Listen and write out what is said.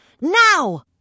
Now